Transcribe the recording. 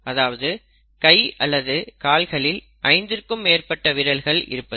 அதாவது கை அல்லது கால்களில் ஐந்திற்கும் மேற்பட்ட விரல்கள் இருப்பது